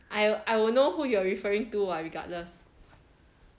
I I will know who you are referring to what regardless